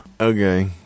Okay